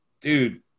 dude